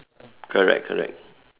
correct correct